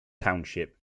township